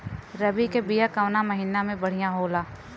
रबी के बिया कवना महीना मे बढ़ियां होला?